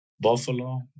buffalo